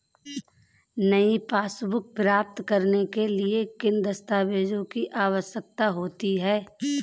नई पासबुक प्राप्त करने के लिए किन दस्तावेज़ों की आवश्यकता होती है?